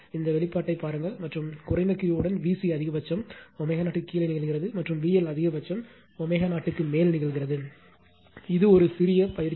இந்த வெளிப்பாட்டைப் பாருங்கள் மற்றும் குறைந்த Q உடன் VCஅதிகபட்சம் ω0 க்குக் கீழே நிகழ்கிறது மற்றும் VL அதிகபட்சம் ω0 க்கு மேல் நிகழ்கிறது இது ஒரு சிறிய பயிற்சி